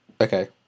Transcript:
Okay